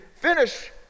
finish